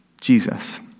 Jesus